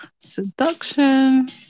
Seduction